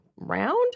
Round